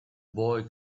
boy